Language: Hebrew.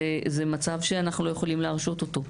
זה מצב שאנחנו לא יכולים להרשות אותו,